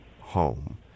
home